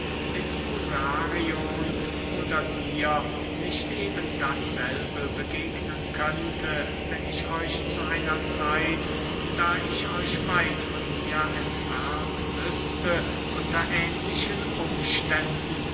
mit musarion oder dir nicht eben dasselbe begegnen könnte wenn ich euch zu einer zeit da ich euch weit von mir entfernt wüßte unter ähnlichen umständen